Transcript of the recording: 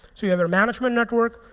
so you have their management network,